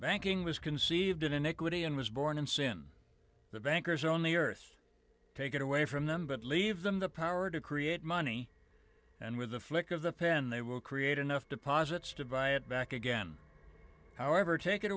banking was conceived in iniquity and was born in sin the bankers own the earth take it away from them but leave them the power to create money and with a flick of the pen they will create enough deposits to buy it back again however take it